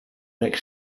make